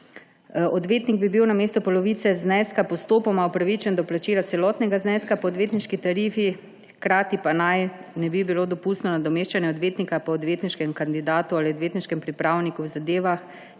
Odvetnik bi bil namesto polovice zneska postopoma upravičen do plačila celotnega zneska po odvetniški tarifi, hkrati pa naj ne bi bilo dopustno nadomeščanje odvetnika po odvetniškem kandidatu ali odvetniškem pripravniku v zadevah,